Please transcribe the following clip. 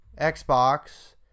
Xbox